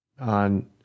on